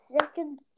second